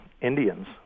Indians